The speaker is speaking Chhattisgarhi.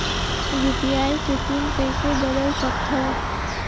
यू.पी.आई के पिन कइसे बदल सकथव?